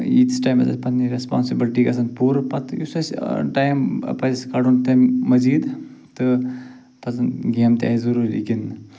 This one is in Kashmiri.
ییٖتِس ٹایمس اَسہِ پنٛنہٕ ریسپانسِبٕلِٹی گژھن پوٗرٕ پتہٕ یُس اَسہِ ٹایِم پَزِ کڑُن تَمہِ مزیٖد تہٕ پَزن گیمہٕ تہِ اَسہِ ضٔروٗری گندنہِ